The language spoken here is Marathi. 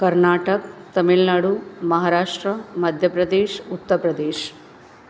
कर्नाटक तमिळनाडू महाराष्ट्र मध्य प्रदेश उत्तर प्रदेश